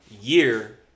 year